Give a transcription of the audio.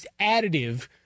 additive